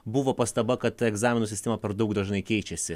buvo pastaba kad egzaminų sistema per daug dažnai keičiasi